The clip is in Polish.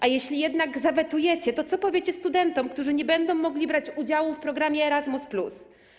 A jeśli jednak zawetujecie, to co powiecie studentom, którzy nie będą mogli brać udziału w programie Erasmus+?